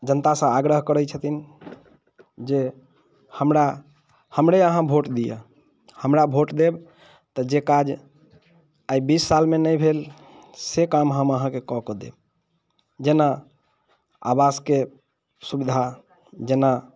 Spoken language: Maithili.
जनतासँ आग्रह करैत छथिन जे हमरा हमरे अहाँ भोट दिअ हमरा भोट देब तऽ जे काज एहि बीस सालमे नहि भेल से काम हम अहाँके कऽ के देब जेना आवासके सुविधा जेना